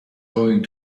going